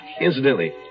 Incidentally